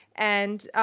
and